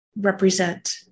represent